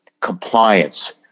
compliance